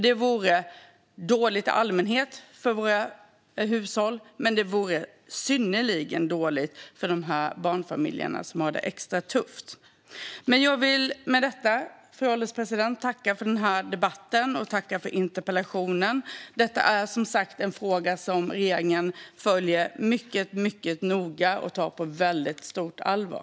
Det vore dåligt i allmänhet för våra hushåll, och det vore synnerligen dåligt för barnfamiljerna som har det extra tufft. Jag vill med detta, fru ålderspresident, tacka för den här debatten och för interpellationen. Detta är som sagt en fråga som regeringen följer mycket noga och tar på väldigt stort allvar.